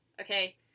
okay